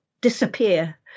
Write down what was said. disappear